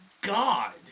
god